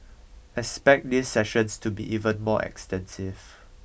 expect these sessions to be even more extensive